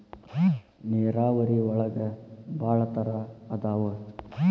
ನೇರಾವರಿ ಒಳಗ ಭಾಳ ತರಾ ಅದಾವ